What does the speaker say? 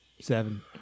Seven